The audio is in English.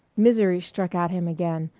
misery struck at him again,